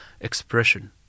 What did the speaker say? expression